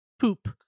poop